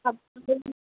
आप जो लेंगी